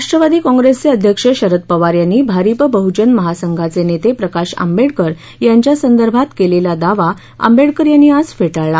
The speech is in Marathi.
राष्ट्रवादी काँप्रेसचे अध्यक्ष शरद पवार यांनी भरिप बहजन महासंघाचे नेते प्रकाश आंबेडकर यांच्यासंदर्भात केलेला दावा आंबेडकर यांनी आज फेटाळला